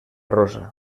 rosa